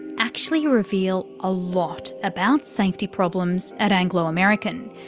actually reveal a lot about safety problems at anglo american.